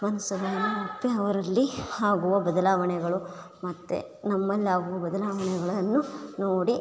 ಅವರಲ್ಲಿ ಆಗುವ ಬದಲಾವಣೆಗಳು ಮತ್ತು ನಮ್ಮಲ್ಲಾಗುವ ಬದಲಾವಣೆಗಳನ್ನು ನೋಡಿ